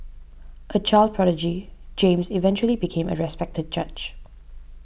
a child prodigy James eventually became a respected judge